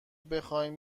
بخواین